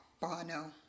Bono